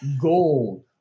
gold